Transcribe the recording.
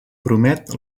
promet